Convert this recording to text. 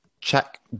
check